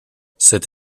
cette